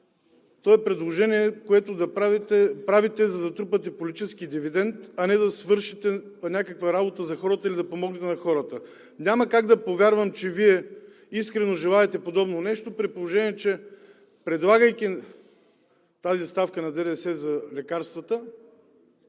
то е предложение, което правите, за да трупате политически дивидент, а не да свършите някаква работа за хората или да помогнете на хората. Няма как да повярвам, че Вие искрено желаете подобно нещо, при положение че предлагайки тази ставка на ДДС за лекарствата,